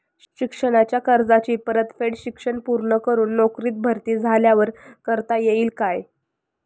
शिक्षणाच्या कर्जाची परतफेड शिक्षण पूर्ण करून नोकरीत भरती झाल्यावर करता येईल काय?